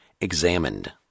examined